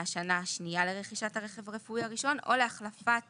מהשנה השנייה לרכישת הרכב הרפואי הראשון או להחלפת